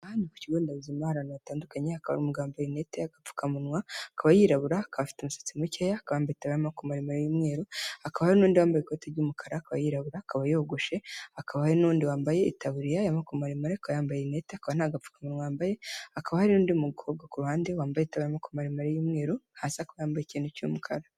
Aha ni ku kigo nderabuzima hari abantu batandukanye, hakaba hari umugabo wambaye rinete, agapfukamunwa, akaba yirabura, akaba afite umusatsi mukeya, akaba itaburiya y'amaboko maremare y'umweru. Hakaba hari n'undi wambaye ikoti ry'umukara akaba yirabura, akaba yogoshe. Hakaba n'undi wambaye itaburiya y'amaboko maremare akaba yambaye rinete, akaba nta gapfukamunwa yambaye. Hakaba hari n'undi mukobwa ku ruhande wambaye itaburiya y'amaboko maremare y'umweru, hasi akaba yambaye ikintu cy'umukara.